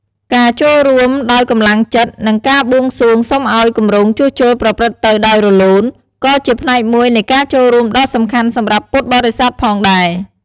ការចូលរួមដោយកម្លាំងចិត្ត និងការបួងសួងសុំឱ្យគម្រោងជួសជុលប្រព្រឹត្តទៅដោយរលូន ក៏ជាផ្នែកមួយនៃការចូលរួមដ៏សំខាន់សម្រាប់ពុទ្ធបរិស័ទផងដែរ។